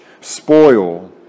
spoil